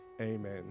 Amen